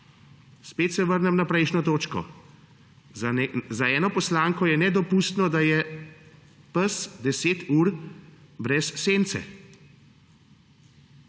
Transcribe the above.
Spet se vrnem na prejšnjo točko. Za eno poslanko je nedopustno, da je pes 10 ur brez sence.